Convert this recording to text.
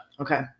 Okay